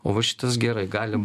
o va šitas gerai galim